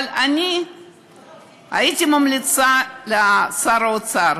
אבל הייתי ממליצה לשר האוצר